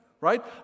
right